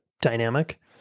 dynamic